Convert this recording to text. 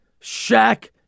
Shaq